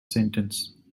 sentence